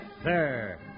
Sir